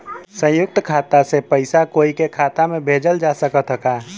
संयुक्त खाता से पयिसा कोई के खाता में भेजल जा सकत ह का?